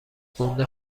گنده